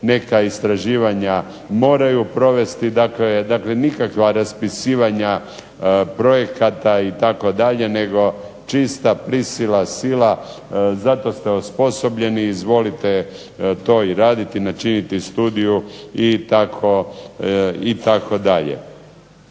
neka istraživanja moraju provesti, dakle nikakva raspisivanja projekata itd., nego čista prisila, sila, za to ste osposobljeni izvolite to i raditi, načiniti studiju itd.